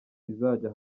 izajya